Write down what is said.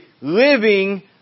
living